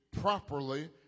properly